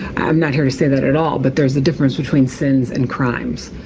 i'm not here to say that at all, but there's a difference between sins and crimes.